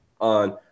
on